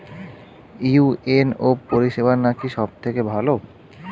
UNO পরিসেবা নাকি সব থেকে ভালো?